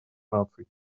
наций